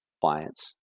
clients